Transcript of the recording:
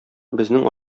безнең